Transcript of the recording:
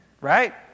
Right